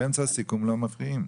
באמצע סיכום לא מפריעים,